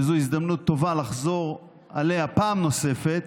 וזו הזדמנות טובה לחזור עליה פעם נוספת,